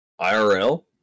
IRL